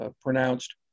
pronounced